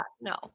No